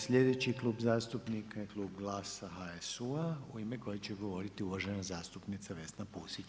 Sljedeći klub zastupnika je klub GLAS-a HSU-a u ime kojeg će govoriti uvažena zastupnica Vesna Pusić.